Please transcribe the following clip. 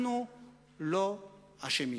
אנחנו לא אשמים.